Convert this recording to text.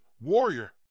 warrior